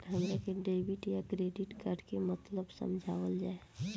हमरा के डेबिट या क्रेडिट कार्ड के मतलब समझावल जाय?